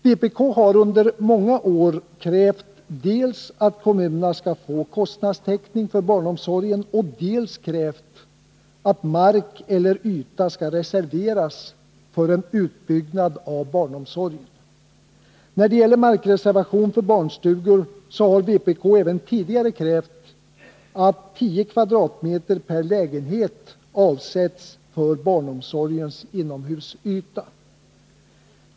Vpk har under många år krävt dels att kommunerna skall få kostnadstäckning för barnomsorgen, dels att mark eller yta skall reserveras för en utbyggnad av barnomsorgen. När det gäller markreservation för barnstugor har vpk även tidigare krävt att 10 m? per lägenhet avsätts för barnomsorgens inomhusyta.